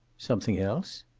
something else?